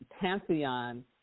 pantheon